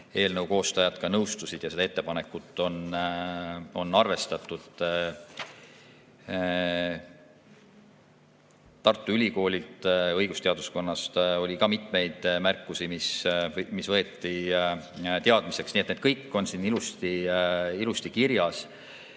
eelnõu koostajad ka nõustusid ja seda ettepanekut on arvestatud. Tartu Ülikooli õigusteaduskonnal oli ka mitmeid märkusi, mis võeti teadmiseks. Need kõik on ilusti kirjas.